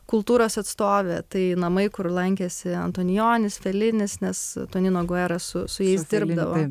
kultūros atstovė tai namai kur lankėsi antonionis felinis nes tonino gueras su jais dirbdavo